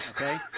Okay